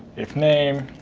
if name